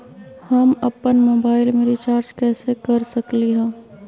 हम अपन मोबाइल में रिचार्ज कैसे कर सकली ह?